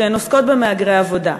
שהן עוסקות במהגרי עבודה.